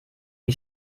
die